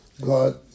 God